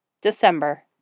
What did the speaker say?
December